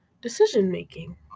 decision-making